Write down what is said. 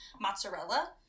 mozzarella